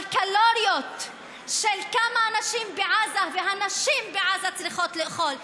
אבל קלוריות וכמה האנשים בעזה והנשים בעזה צריכות לאכול,